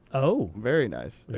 oh. very nice.